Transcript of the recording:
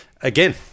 again